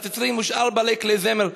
מחצצרים ושאר בעלי כלי זמר.